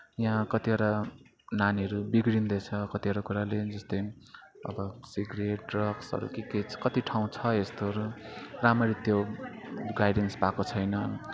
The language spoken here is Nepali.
यहाँ कतिवटा नानीहरू बिग्रिँदैछ कतिवटा कुराले जस्तै अब सिगरेट ड्रग्सहरू के के कति ठाउँ छ यस्तोहरू राम्ररी त्यो गाइडेन्स भएको छैन